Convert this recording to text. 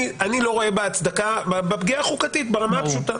אני לא רואה הצדקה מול הפגיעה החוקתית ברמה הפשוטה.